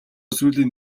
сүүлийн